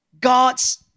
God's